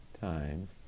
times